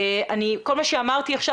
כל מה שאמרתי עכשיו,